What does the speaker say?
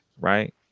right